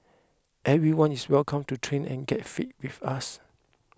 everyone is welcome to train and get fit with us